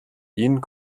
ihn